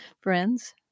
friends